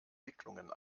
wicklungen